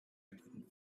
didn’t